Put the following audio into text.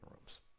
rooms